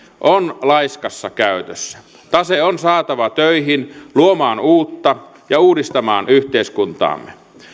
on laiskassa käytössä tase on saatava töihin luomaan uutta ja uudistamaan yhteiskuntaamme